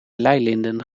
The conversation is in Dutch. leilinden